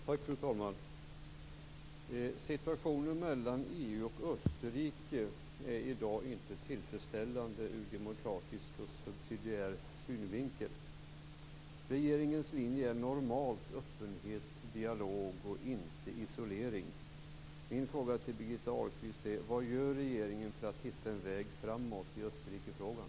Fru talman! Situationen mellan EU och Österrike är i dag inte tillfredsställande ur demokratisk och subsidiär synvinkel. Regeringens linje är normalt öppenhet och dialog och inte isolering. Min fråga till Birgitta Ahlqvist är vad regeringen gör för att hitta en väg framåt i Österrikefrågan.